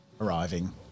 arriving